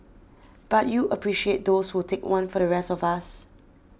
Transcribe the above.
but you appreciate those who would take one for the rest of us